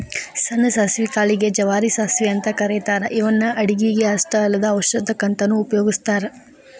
ಸಣ್ಣ ಸಾಸವಿ ಕಾಳಿಗೆ ಗೆ ಜವಾರಿ ಸಾಸವಿ ಅಂತ ಕರೇತಾರ ಇವನ್ನ ಅಡುಗಿಗೆ ಅಷ್ಟ ಅಲ್ಲದ ಔಷಧಕ್ಕಂತನು ಉಪಯೋಗಸ್ತಾರ